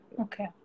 Okay